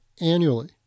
annually